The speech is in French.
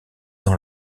dans